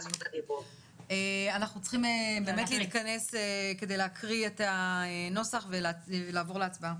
אנחנו צריכים באמת להתכנס כדי להקריא את הנוסח ולעבור להצבעה.